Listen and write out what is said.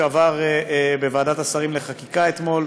שעבר בוועדת השרים לחקיקה אתמול,